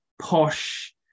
posh